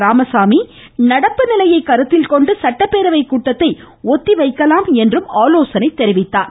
ராமசாமி நடப்பு நிலையை கருத்தில் கொண்டு சட்டப்பேரவை கூட்டத்தை ஒத்திவைக்கலாம் என்று ஆலோசனை தெரிவித்தார்